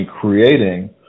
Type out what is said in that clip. creating